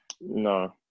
No